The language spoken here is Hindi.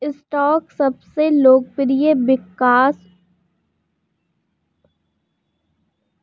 स्टॉक सबसे लोकप्रिय विकास उन्मुख निवेशों में से है